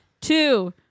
two